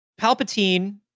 Palpatine